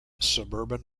suburban